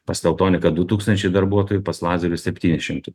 pas teltoniką du tūkstančiai darbuotojų pas lazerius septyni šimtai